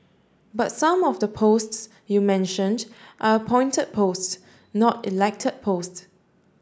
but some of the posts you mentioned are appointed posts not elected post